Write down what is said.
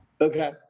Okay